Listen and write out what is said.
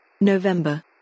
November